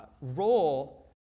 role